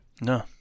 No